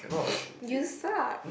you suck